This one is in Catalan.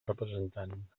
representant